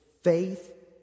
faith